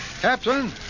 Captain